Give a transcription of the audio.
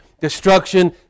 destruction